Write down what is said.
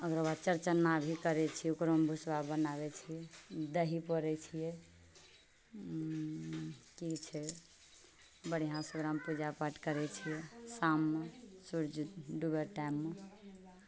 ओकर बाद चौड़चना भी करै छियै ओकरोमे भुसवा बनाबै छियै दही पोरै छियै कि छै बढ़िऑं सँ ओकरामे हम पूजा पाठ करै छियै शाममे सूर्य डुबैके टाइममे